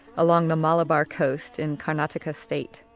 along the malabar coast in karnataka state.